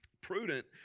Prudent